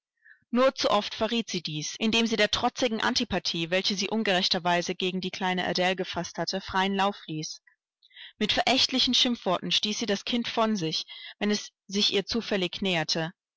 nur zu oft verriet sie dies indem sie der trotzigen antipathie welche sie ungerechterweise gegen die kleine adele gefaßt hatte freien lauf ließ mit verächtlichen schimpfworten stieß sie das kind von sich wenn es sich ihr zufällig näherte